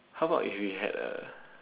how about if you had a